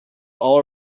all